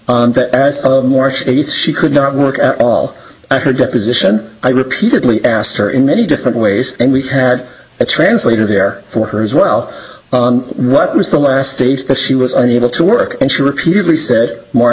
of march eighth she could not work at all i heard that position i repeatedly asked her in many different ways and we had a translator there for her as well what was the last stage but she was unable to work and she repeatedly said m